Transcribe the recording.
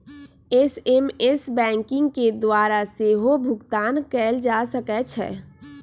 SMS banking के द्वारा सेहो भुगतान कएल जा सकै छै